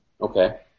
Okay